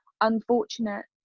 unfortunate